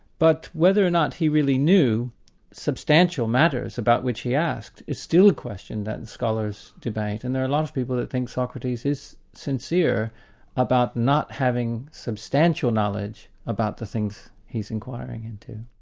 but whether or not he really knew substantial matters about which he asked is still a question that and scholars debate, and there are a lot of people that think socrates is sincere about not having substantial knowledge about the things he's enquiring into.